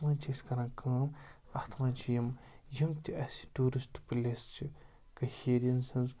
اَتھ منٛز چھِ أسۍ کَران کٲم اَتھ منٛز چھِ یِم یِم تہِ اَسہِ ٹوٗرِسٹ پٕلیس چھِ کٔشیٖر سٕنٛز